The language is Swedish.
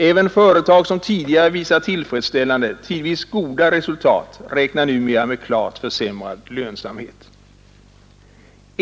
Även företag som tidigare visat tillfredsställande — tidvis goda — resultat räknar numera med klart försämrad lönsamhet.